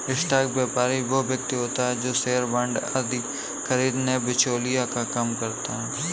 stock व्यापारी वो व्यक्ति होता है जो शेयर बांड आदि खरीदने में बिचौलिए का काम करता है